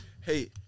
Hey